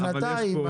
שנתיים,